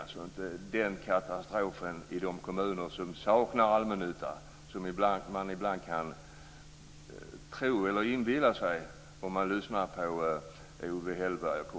Det är inte någon katastrof i de kommuner som saknar allmännytta. Det kan man ibland inbilla sig om man lyssnar på Owe Hellberg och co.